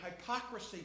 hypocrisy